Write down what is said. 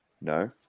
No